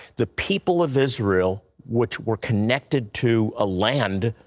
the people of israel, which were connected to a land,